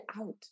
out